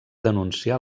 denunciar